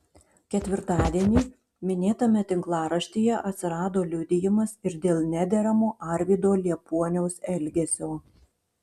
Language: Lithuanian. ketvirtadienį minėtame tinklaraštyje atsirado liudijimas ir dėl nederamo arvydo liepuoniaus elgesio